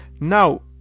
Now